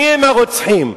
מיהם הרוצחים?